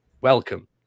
welcome